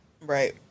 Right